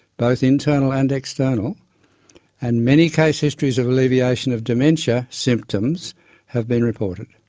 both internal and external and many case histories of alleviation of dementia symptoms have been reported.